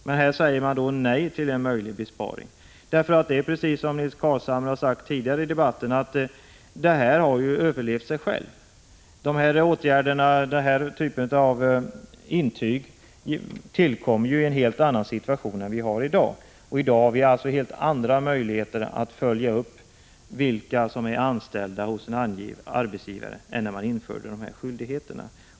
Men till den besparingen säger alltså majoriteten nej. Det är precis som Nils Carlshamre har sagt tidigare i debatten, nämligen att nuvarande ordning har överlevt sig själv. De här åtgärderna tillkom ju i en helt annan situation än den vi har i dag. Nu finns helt andra möjligheter att följa upp vilka som är anställda hos en arbetsgivare.